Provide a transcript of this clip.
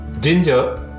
Ginger